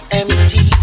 empty